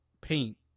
paint